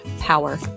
power